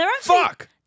Fuck